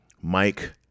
Mike